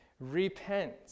repent